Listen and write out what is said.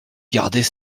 gardait